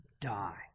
die